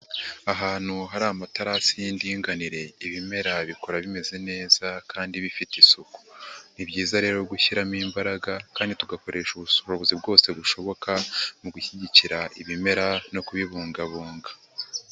Ahantu hari amaterasi y'indinganire, ibimera bikora bimeze neza kandi bifite isuku, ni byiza rero gushyiramo imbaraga kandi tugakoresha ubushobozi bwose bushoboka mu gushyigikira ibimera no kubibungabunga.